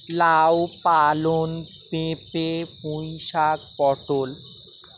লাউ পালং পেঁপে পুঁই শাক পটল